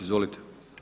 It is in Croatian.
Izvolite.